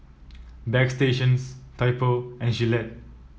Bagstationz Typo and Gillette